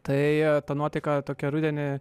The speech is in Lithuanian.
tai ta nuotaika tokia rudenį